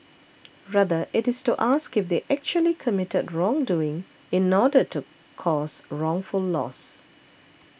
rather it is to ask if they actually committed wrongdoing in order to cause wrongful loss